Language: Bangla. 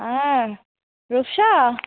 হ্যাঁ রূপসা